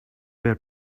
per